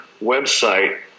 website